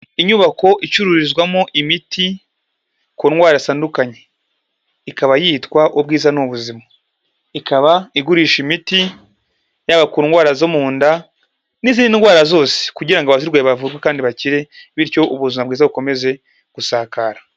Inyubako icururizwamo imiti ku ndwara zitandukanye. Ikaba yitwa ubwiza n'ubuzima. Ikaba igurisha imiti yaba ku ndwara zo mu nda n'izindi ndwara zose kugira ngo abazirwaye bavurwe kandi bakire, bityo ubuzima bwiza bukomeze gusakara.